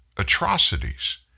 atrocities